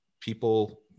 people